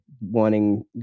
wanting